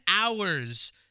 hours